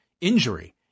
injury